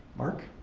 mark?